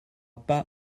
pas